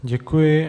Děkuji.